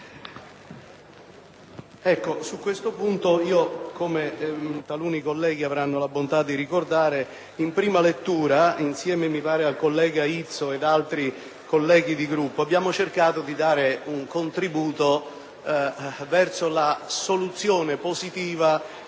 Signor Presidente, come taluni colleghi avranno la bontà di ricordare, in prima lettura, insieme al senatore Izzo e ad altri colleghi del Gruppo, abbiamo cercato di dare un contributo alla soluzione positiva